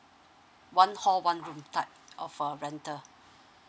one hall one room type of uh rental